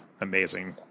amazing